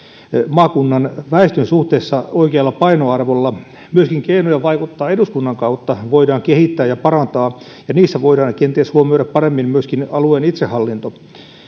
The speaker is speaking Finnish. maakunnan väestön suhteessa oikealla painoarvolla myöskin keinoja vaikuttaa eduskunnan kautta voidaan kehittää ja parantaa ja niissä voidaan kenties huomioida paremmin myöskin alueen itsehallinto